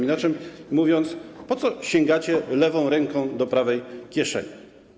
Inaczej mówiąc, po co sięgacie lewą ręką do prawej kieszeni?